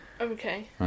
Okay